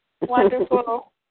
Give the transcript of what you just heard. Wonderful